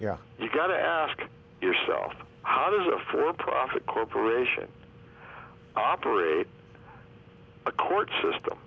yeah you got to ask yourself how does a for profit corporation operate a court system